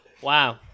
Wow